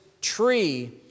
tree